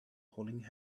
holding